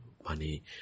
money